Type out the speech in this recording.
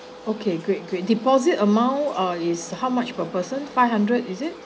okay great great deposit amount uh is how much per person five hundred is it